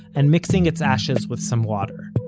and mixing its ashes with some water.